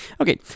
Okay